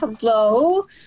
Hello